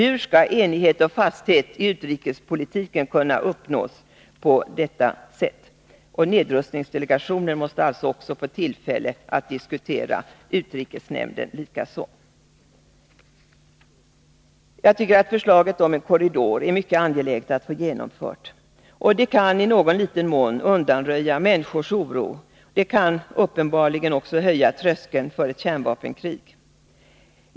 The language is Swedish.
Hur skall enighet och fasthet i utrikespolitiken kunna uppnås på detta sätt? Nedrustningsdelegationen måste få tillfälle att diskutera detta, utrikesnämnden likaså. Jag tycker att förslaget om en korridor är mycket angeläget att få genomfört. Det kan i någon liten mån undanröja människors oro. Det kan uppenbarligen också höja tröskeln för ett kärnvapenkrig.